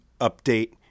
update